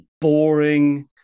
boring